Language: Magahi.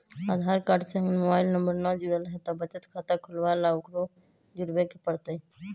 आधार कार्ड से हमर मोबाइल नंबर न जुरल है त बचत खाता खुलवा ला उकरो जुड़बे के पड़तई?